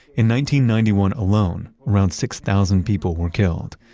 in ninety ninety one alone, around six thousand people were killed.